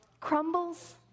Crumbles